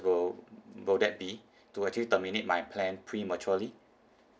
will will that be to actually terminate my plan prematurely